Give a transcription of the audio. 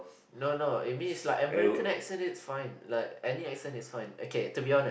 no no it means like American accent is fine like any accent is fine okay to be honest